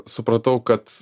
supratau kad